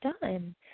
done